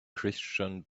christian